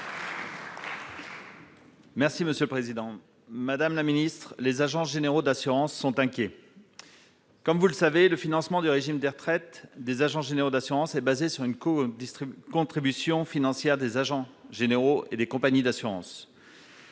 Les Républicains. Madame la ministre, les agents généraux d'assurances sont inquiets ! Comme vous le savez, le financement du régime de retraite des agents généraux d'assurances est fondé sur une cocontribution financière des agents généraux et des compagnies d'assurances.